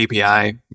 API